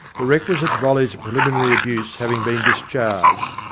the requisite volleys of preliminary abuse hav ing been discharged,